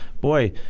boy